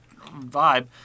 vibe